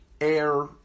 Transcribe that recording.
air